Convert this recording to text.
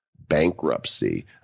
bankruptcy